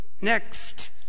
Next